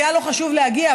היה לו חשוב להגיע.